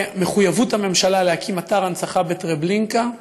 מחויבות הממשלה להקים אתר הנצחה בטרבלינקה,